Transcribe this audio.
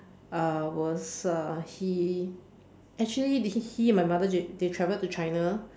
uh was uh he actually they he and my mother they they travel to China